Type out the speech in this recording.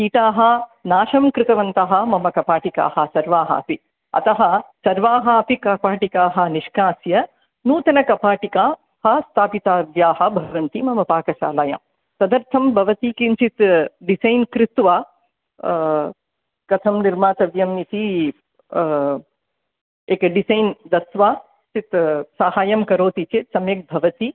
कीटाः नाशं कृतवन्तः मम कपाटिकाः सर्वाः अपि अतः सर्वाः अपि कपाटिकाः निष्कास्य नूतनकपाटिकाः स्थापितव्याः भवन्ति मम पाकशालायां तदर्थं भवती किञ्चित् डिसै़न् कृत्वा कथं निर्मातव्यम् इति एक डिसैन् दत्वा किञ्चित् साहाय्यं करोति चेत् सम्यक् भवति